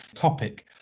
topic